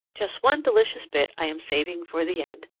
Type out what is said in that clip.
just one delicious bit i am saving for the end.